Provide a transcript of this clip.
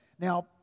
Now